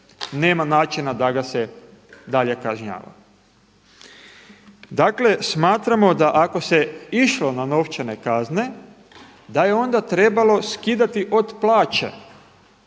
nema načina da ga se dalje kažnjava. Dakle, smatramo da ako se išlo na novčane kazne da je onda trebalo skidati od plaća